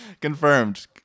confirmed